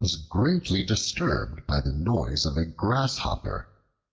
was greatly disturbed by the noise of a grasshopper